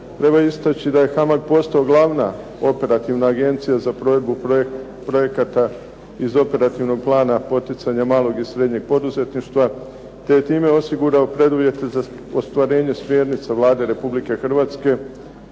treba istaći da je "HAMAG" postao glavna operativna agencija za provedbu projekata iz operativnog plana poticanja malog i srednjeg poduzetništva te je time osigurao preduvjete za ostvarenje smjernica Vlade Republike Hrvatske